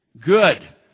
good